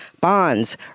bonds